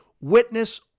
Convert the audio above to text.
witness